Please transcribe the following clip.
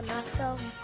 roscoe?